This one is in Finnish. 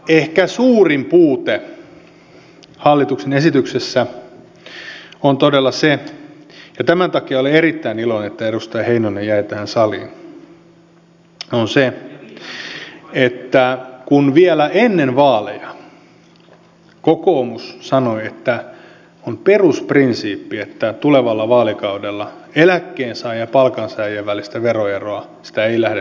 ehkä suurin puute hallituksen esityksessä liittyy todella siihen ja tämän takia olen erittäin iloinen että edustaja heinonen jäi saliin kun vielä ennen vaaleja kokoomus sanoi että on perusprinsiippi että tulevalla vaalikaudella eläkkeensaajien ja palkansaajien välistä veroeroa ei lähdetä kasvattamaan